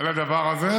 הדבר הזה,